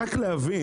רק להבין,